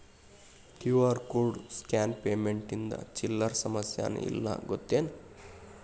QR code scan payment ಇಂದ ಚಿಲ್ಲರ್ ಸಮಸ್ಯಾನ ಇಲ್ಲ ಗೊತ್ತೇನ್?